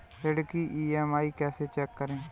ऋण की ई.एम.आई कैसे चेक करें?